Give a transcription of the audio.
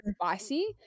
spicy